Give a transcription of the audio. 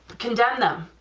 condemn them,